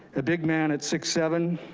a big man at six seven,